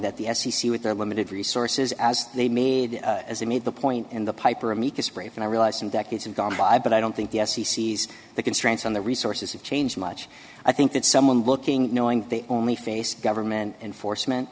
that the f c c with their limited resources as they made as they made the point in the piper amicus brief and i realize some decades and gone by but i don't think yes he sees the constraints on the resources to change much i think that someone looking knowing they only faced government enforcement